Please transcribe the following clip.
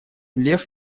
лев